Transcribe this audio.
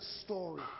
story